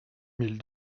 mille